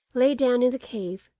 lay down in the cave,